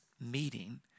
meeting